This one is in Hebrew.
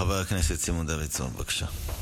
חבר הכנסת סימון דוידסון, בבקשה.